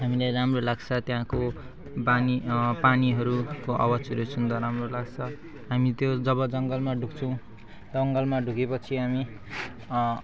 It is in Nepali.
हामीलाई राम्रो लाग्छ त्यहाँको बानी पानीहरूको आवाजहरू सुन्दा राम्रो लाग्छ हामी त्यो जब जङ्गलमा ढुक्छौँ जङ्गलमा ढुकेपछि हामी